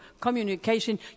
communication